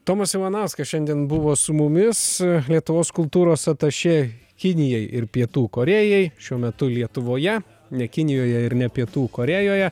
tomas ivanauskas šiandien buvo su mumis lietuvos kultūros atašė kinijai ir pietų korėjai šiuo metu lietuvoje ne kinijoje ir ne pietų korėjoje